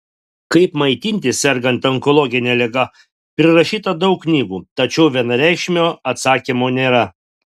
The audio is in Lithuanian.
kaip maitintis sergant onkologine liga prirašyta daug knygų tačiau vienareikšmio atsakymo nėra